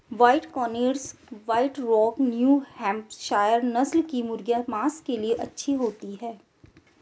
white Cornish, White Rock, New Hampshire नस्ल की मुर्गियाँ माँस के लिए अच्छी होती हैं